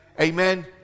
Amen